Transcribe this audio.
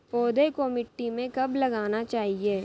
पौधे को मिट्टी में कब लगाना चाहिए?